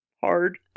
hard